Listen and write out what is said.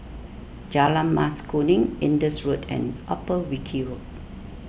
Jalan Mas Kuning Indus Road and Upper Wilkie Road